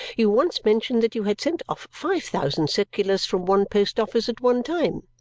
you once mentioned that you had sent off five thousand circulars from one post-office at one time?